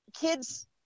kids